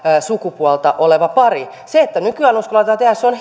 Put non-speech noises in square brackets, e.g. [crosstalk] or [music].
sukupuolta oleva pari se että nykyään uskalletaan tehdä niin on [unintelligible]